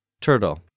Turtle